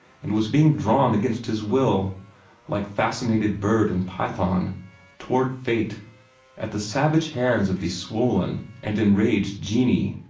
and was being drawn against his will like fascinated bird and python toward fate at the savage hands of these swollen and enraged genii.